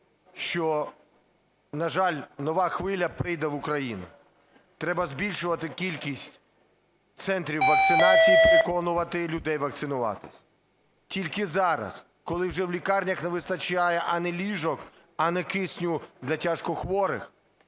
що, на жаль, нова хвиля прийде в Україну, треба збільшувати кількість центрів вакцинації і переконувати людей вакцинуватись? Тільки зараз, коли вже в лікарнях не вистачає ані ліжок, ані кисню для тяжкохворих,